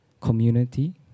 community